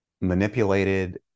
manipulated